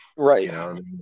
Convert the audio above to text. Right